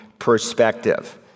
Perspective